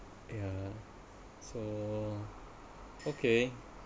yeah so okay